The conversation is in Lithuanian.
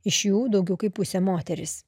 iš jų daugiau kaip pusė moterys